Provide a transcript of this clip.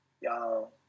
y'all